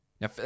Now